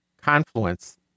confluence